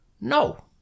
No